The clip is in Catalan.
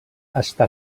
està